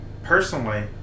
Personally